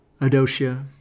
Adosia